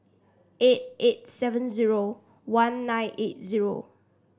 eight eight seven zero one nine eight zero